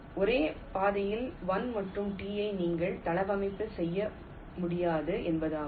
ஒரே பாதையில் 1 மற்றும் 2 ஐ நீங்கள் தளவமைப்பு செய்ய முடியாது என்பதாகும்